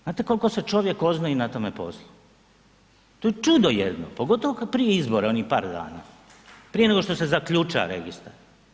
Znate koliko se čovjek oznoji na tome poslu, to je čudo jedno pogotovo prije izbora onih par dana, prije nego što se zaključa registar.